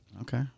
Okay